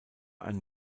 ein